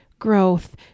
growth